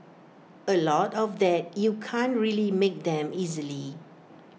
A lot of that you can't really make them easily